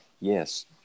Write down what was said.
yes